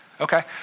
okay